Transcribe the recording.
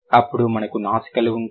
అప్పుడు మనకు నాసికలు ఉంటాయి